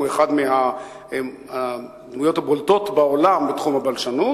הוא מהדמויות הבולטות בעולם בתחום הבלשנות,